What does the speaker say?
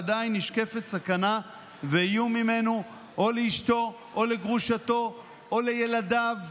עדיין נשקפים סכנה ואיום ממנו לאשתו או לגרושתו או לילדיו.